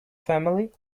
family